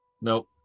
nope